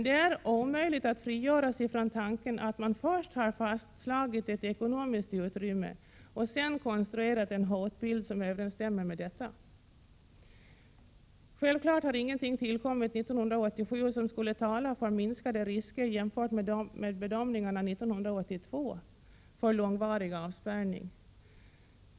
Det är omöjligt att frigöra sig från tanken att man först har fastslagit ett ekonomiskt utrymme och sedan konstruerat en hotbild som överensstämmer med detta. Självfallet har ingenting tillkommit 1987 som skulle tala för minskade risker, jämfört med bedömningarna 1982, för långvarig avspärrning.